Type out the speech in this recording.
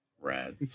Rad